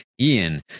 Ian